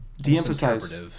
de-emphasize